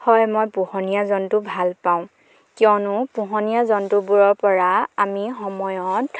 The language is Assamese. হয় মই পোহনীয়া জন্তু ভাল পাওঁ কিয়নো পোহনীয়া জন্তুবোৰৰ পৰা আমি সময়ত